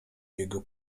jego